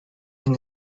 and